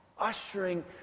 ushering